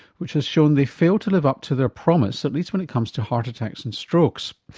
which has shown they fail to live up to their promise at least when it comes to heart attacks and strokes.